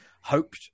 hoped